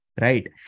right